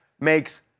makes